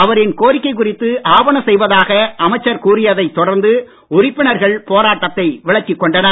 அவரின் கோரிக்கை குறித்து ஆவண செய்வதாக அமைச்சர் கூறியதைத் தொடர்ந்து உறுப்பினர்கள் போராட்டத்தை விலக்கிக் கொண்டனர்